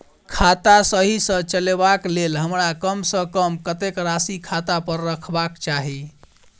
खाता सही सँ चलेबाक लेल हमरा कम सँ कम कतेक राशि खाता पर रखबाक चाहि?